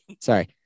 Sorry